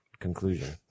Conclusion